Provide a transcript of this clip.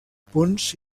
ponts